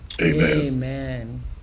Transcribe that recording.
Amen